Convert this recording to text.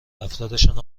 افرادشان